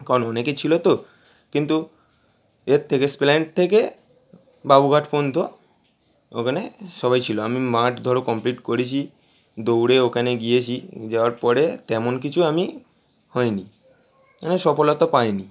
কারণ অনেকে ছিলো তো কিন্তু এর থেকে এসপ্ল্যানেড থেকে বাবুঘাট পর্যন্ত ওখানে সবাই ছিলো আমি মাঠ ধরো কমপ্লিট করেছি দৌড়ে ওখানে গিয়েছি যাওয়ার পরে তেমন কিছু আমি হই নি সফলতা পাই নি